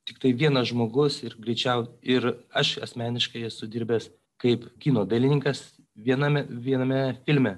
tiktai vienas žmogus ir greičiau ir aš asmeniškai esu dirbęs kaip kino dailininkas vienam viename filme